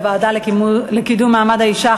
אני מודה ליושבת-ראש הוועדה לקידום מעמד האישה,